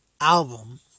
album